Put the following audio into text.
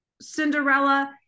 Cinderella